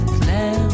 clair